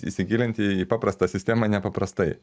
įsigilinti į paprastą sistemą nepaprastai